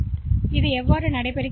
எனவே அதை எப்படி செய்வது